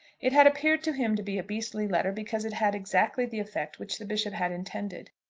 it had appeared to him to be a beastly letter, because it had exactly the effect which the bishop had intended.